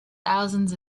thousands